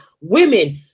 women